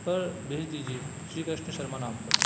पर भेज दीजिए श्री कृष्ण शर्मा नाम पर